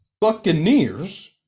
Buccaneers